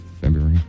February